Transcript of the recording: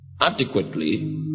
adequately